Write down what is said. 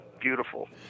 beautiful